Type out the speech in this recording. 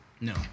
No